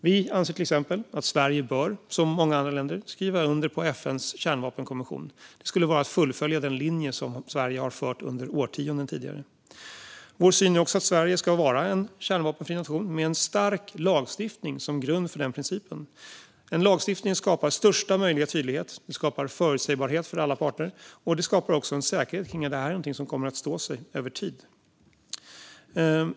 Vi anser till exempel att Sverige bör, som många andra länder, skriva under FN:s kärnvapenkonvention. Det skulle vara att fullfölja den linje som Sverige har fört under årtionden. Vår syn är också att Sverige ska vara en kärnvapenfri nation med en stark lagstiftning som grund för den principen. Den lagstiftningen skapar största möjliga tydlighet, förutsägbarhet för alla parter och säkerhet kring att det här är någonting som kommer att stå sig över tid.